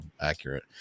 accurate